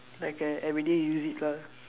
like a everyday use it ah